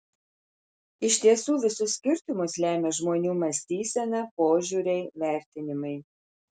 iš tiesų visus skirtumus lemia žmonių mąstysena požiūriai vertinimai